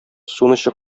чыккач